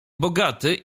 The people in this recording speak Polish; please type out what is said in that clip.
bogaty